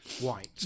White